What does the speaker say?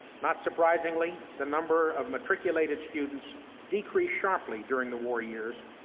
not surprisingly, the number of matriculated students decreased sharply during the war years,